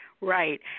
Right